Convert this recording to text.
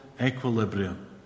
equilibrium